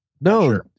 No